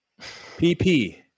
PP